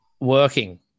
working